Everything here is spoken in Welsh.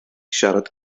siarad